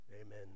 amen